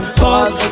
pause